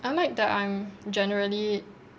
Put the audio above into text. I like that I'm generally